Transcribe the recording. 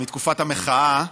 מתקופת המחאה.